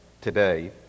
today